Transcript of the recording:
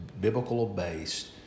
biblical-based